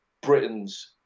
Britain's